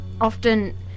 often